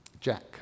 Jack